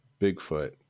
bigfoot